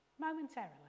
momentarily